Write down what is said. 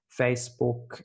Facebook